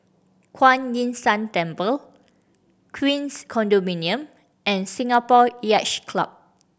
Kuan Yin San Temple Queens Condominium and Singapore Yacht Club